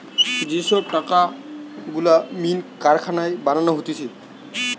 যে সব টাকা গুলা মিন্ট কারখানায় বানানো হতিছে